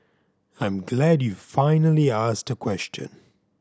I'm glad you finally asked a question